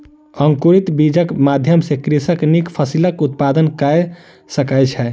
अंकुरित बीजक माध्यम सॅ कृषक नीक फसिलक उत्पादन कय सकै छै